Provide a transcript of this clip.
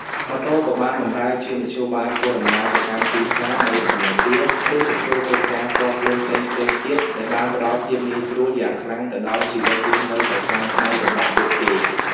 ម៉ូតូក៏បានបម្រើជាមធ្យោបាយធ្វើដំណើរទៅកាន់ទីផ្សារ ទៅធនាគារ ឬទៅធ្វើកិច្ចការផ្ទាល់ខ្លួនផ្សេងៗទៀតដែលបានផ្តល់ភាពងាយស្រួលយ៉ាងខ្លាំងទៅដល់ជីវិតរស់នៅប្រចាំថ្ងៃរបស់ពួកគេ។